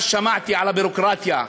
אז שמעתי על הביורוקרטיה,